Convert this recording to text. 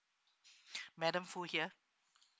madam foo here